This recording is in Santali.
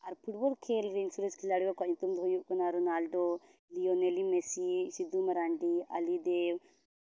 ᱟᱨ ᱯᱷᱩᱴᱵᱚᱞ ᱠᱷᱮᱞ ᱨᱮᱱ ᱥᱚᱨᱮᱥ ᱠᱷᱤᱞᱟᱲᱤ ᱠᱚᱣᱟᱜ ᱧᱩᱛᱩᱢ ᱫᱚ ᱦᱩᱭᱩᱜ ᱠᱟᱱᱟ Ronaldo Lionel Messi Sidhu Marandi ᱟᱹᱞᱤ ᱫᱮ